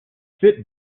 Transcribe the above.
fit